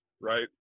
right